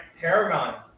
Paragon